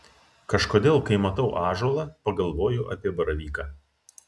kažkodėl kai matau ąžuolą pagalvoju apie baravyką